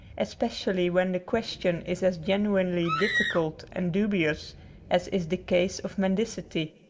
especially when the question is as genuinely difficult and dubious as is the case of mendicity.